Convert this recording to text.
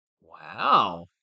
Wow